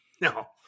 No